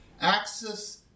Axis